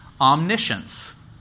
omniscience